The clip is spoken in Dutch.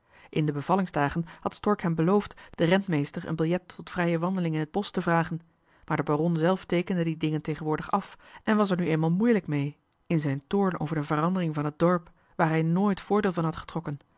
in de bevallingsdagen had stork hem beloofd den rentmeester een kaart tot vrije wandeling in het bosch te zullen vragen maar de baron zelf teekende die dingen tegenwoordig af en was er nu eenmaal moeilijk mee in zijn toorn over de verandering van het dorp waar hij nooit voordeel van had getrokken